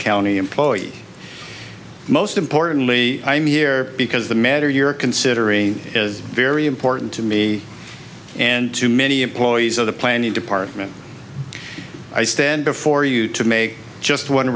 county employee most importantly i'm here because the matter you're considering is very important to me and to many employees of the planning department i stand before you to make just one